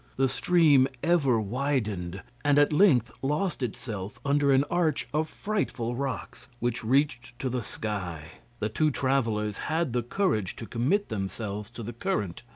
the stream ever widened, and at length lost itself under an arch of frightful rocks which reached to the sky. the two travellers had the courage to commit themselves to the current.